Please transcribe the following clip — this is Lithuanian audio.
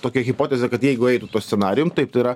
tokią hipotezę kad jeigu eitų tuo scenarijum taip tai yra